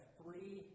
three